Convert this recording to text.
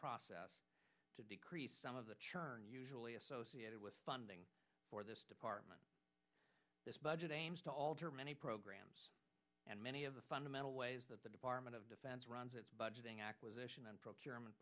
process to decrease some of the usually associated with funding for this department this budget aims to alter many programs and many of the fundamental ways that the department of defense runs its budgeting acquisition